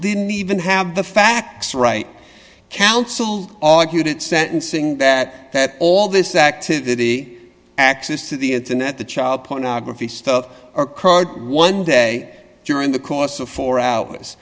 didn't even have the facts right counsel argued at sentencing that all this activity access to the internet the child pornography stuff or curd one day during the course of four hours